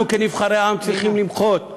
אנחנו כנבחרי העם צריכים למחות.